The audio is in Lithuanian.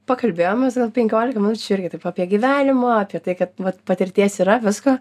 pakalbėjom mes gal penkiolika minučių irgi taip apie gyvenimą apie tai kad vat patirties yra visko